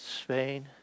Spain